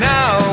Now